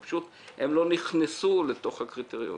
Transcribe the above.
הם פשוט לא נכנסו לתוך הקריטריונים.